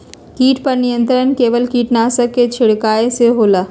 किट पर नियंत्रण केवल किटनाशक के छिंगहाई से होल?